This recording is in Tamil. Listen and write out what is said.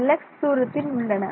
Δx தூரத்தில் உள்ளன